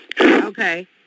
Okay